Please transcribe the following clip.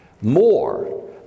more